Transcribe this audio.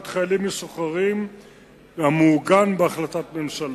חיילים משוחררים המעוגנת בהחלטת ממשלה.